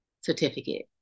certificate